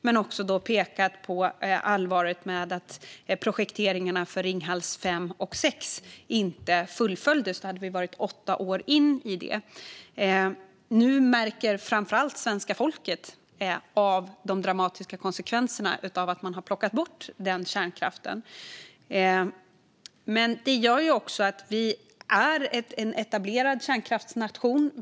Vi har också pekat på allvaret med att projekteringarna för Ringhals 5 och 6 inte fullföljdes. Då hade vi varit åtta år in i dem. Nu märker framför allt svenska folket av de dramatiska konsekvenserna av att man har plockat bort den kärnkraften. Men vi är en etablerad kärnkraftsnation.